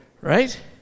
right